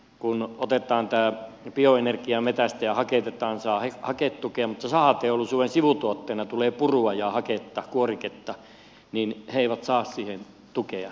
kun otetaan bioenergia metsästä ja haketetaan saa haketukea mutta kun sahateollisuuden sivutuotteena tulee purua ja haketta kuoriketta niin siihen ei saa tukea